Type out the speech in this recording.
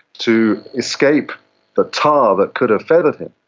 to escape the tar that could have feathered him,